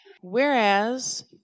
Whereas